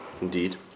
Indeed